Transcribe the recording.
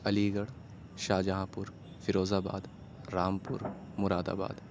علی گڑھ Shahjahanpur Firozabad Rampur مراد آباد